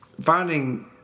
finding